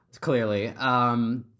clearly